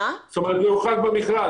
זאת אומרת זה יוחרג במכרז,